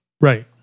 Right